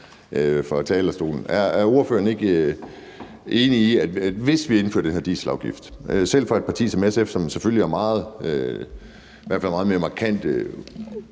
fra talerstolen. Er ordføreren ikke enig i, at hvis vi indfører den her dieselafgift – selv for et parti som SF, som selvfølgelig er meget mere markante